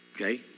Okay